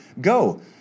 go